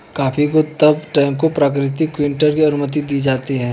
coffee को तब टैंकों प्राकृतिक किण्वन की अनुमति दी जाती है